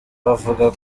bavuga